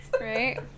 Right